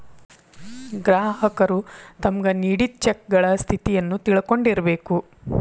ಗ್ರಾಹಕರು ತಮ್ಗ್ ನೇಡಿದ್ ಚೆಕಗಳ ಸ್ಥಿತಿಯನ್ನು ತಿಳಕೊಂಡಿರ್ಬೇಕು